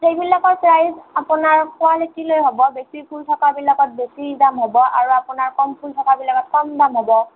সেইবিলাকৰ প্ৰাইজ আপোনাৰ কুৱালিটি লৈ হ'ব বেছি ফুল থকা বিলাকত বেছি দাম হ'ব আৰু আপোনাৰ কম ফুল থকা বিলাকত কম দাম হ'ব